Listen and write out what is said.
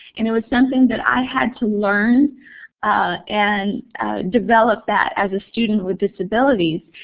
and it was something that i had to learn and develop that as a students with disabilities.